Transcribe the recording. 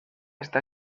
está